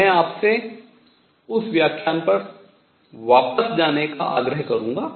मैं आपसे उस व्याख्यान पर वापस जाने का आग्रह करूंगा